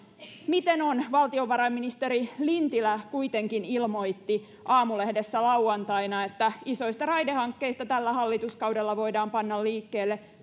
miten on valtiovarainministeri lintilä kuitenkin ilmoitti aamulehdessä lauantaina että isoista raidehankkeista tällä hallituskaudella voidaan panna liikkeelle